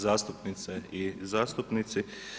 zastupnice i zastupnici!